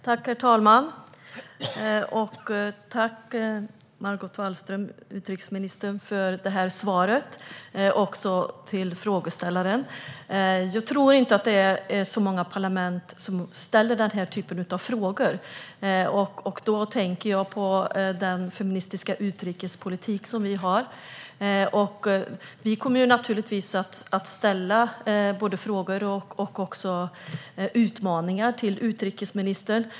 Herr talman! Tack, utrikesminister Margot Wallström, för svaret! Tack också till interpellanten! Jag tror inte att det är många parlament som ställer den här typen av frågor. Då tänker jag på den feministiska utrikespolitik som vi har. Vi kommer naturligtvis att rikta frågor och även utmaningar till utrikesministern.